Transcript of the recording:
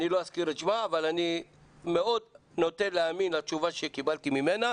אני לא אזכיר את שמה אבל אני מאוד נוטה להאמין לתשובה שקיבלתי ממנה,